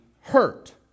hurt